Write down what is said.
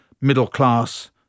middle-class